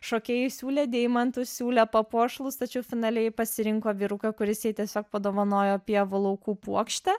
šokėjai siūlė deimantų siūlė papuošalus tačiau finale ji pasirinko vyruką kuris jai tiesiog padovanojo pievų laukų puokštę